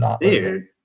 dude